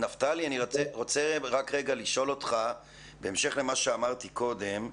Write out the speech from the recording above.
אני רוצה לשאול אותך, בהמשך למה שאמרתי קודם.